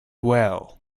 well